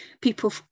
people